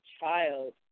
child